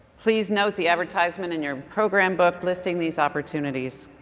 please note the advertisement and your program book listing these opportunities.